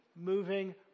moving